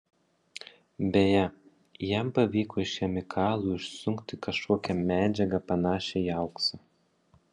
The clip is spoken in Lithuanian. beje jam pavyko iš chemikalų išsunkti kažkokią medžiagą panašią į auksą